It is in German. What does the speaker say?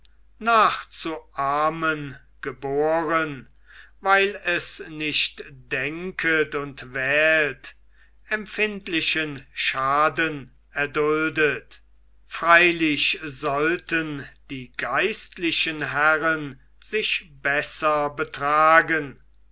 nachzuahmen geboren weil es nicht denket und wählt empfindlichen schaden erduldet freilich sollten die geistlichen herren sich besser betragen